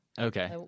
okay